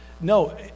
No